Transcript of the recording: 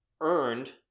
earned